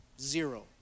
Zero